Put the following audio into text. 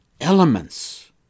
elements